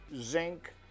zinc